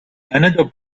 another